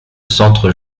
centre